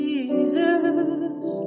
Jesus